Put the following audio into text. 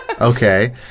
Okay